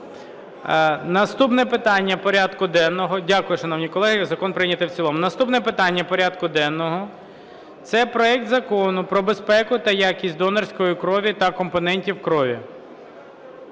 Наступне питання порядку денного – це проект Закону про безпеку та якість донорської крові та компонентів крові